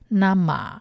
nama